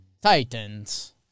Titans